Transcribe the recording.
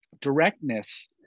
directness